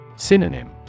Synonym